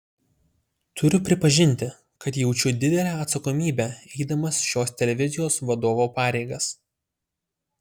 turiu pripažinti kad jaučiu didelę atsakomybę eidamas šios televizijos vadovo pareigas